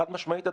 חד משמעית.